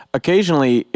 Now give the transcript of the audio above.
occasionally